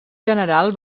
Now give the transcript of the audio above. general